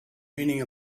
meaning